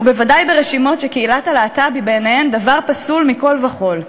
ובוודאי ברשימות שקהילת הלהט"ב היא בעיניהם דבר פסול מכול וכול.